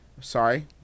sorry